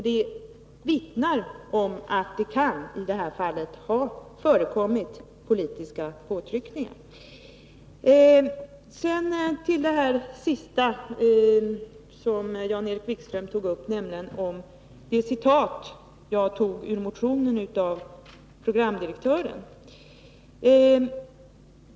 Det vittnar om att det kan ha förekommit politiska påtryckningar. Sedan tog Jan-Erik Wikström upp det uttalande av programdirektören som citeras i motionen och som jag återgav i mitt anförande.